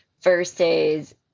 versus